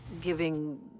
giving